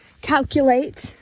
calculate